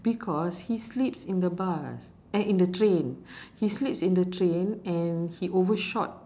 because he sleeps in the bus eh in the train he sleeps in the train and he overshot